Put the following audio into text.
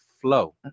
flow